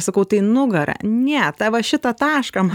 sakau tai nugarą ne tą va šitą tašką